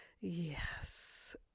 Yes